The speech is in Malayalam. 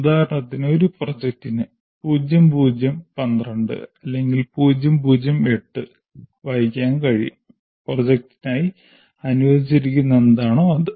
ഉദാഹരണത്തിന് ഒരു പ്രോജക്റ്റിന് 0 0 12 അല്ലെങ്കിൽ 0 0 8 വഹിക്കാൻ കഴിയും പ്രോജക്റ്റിനായി അനുവദിച്ചിരിക്കുന്നത് എന്താണോ അത്